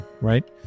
right